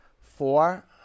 four